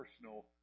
personal